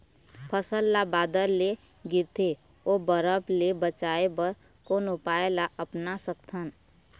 फसल ला बादर ले गिरथे ओ बरफ ले बचाए बर कोन उपाय ला अपना सकथन?